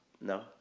No